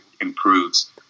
improves